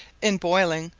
in boiling,